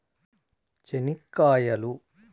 చెనిక్కాయలు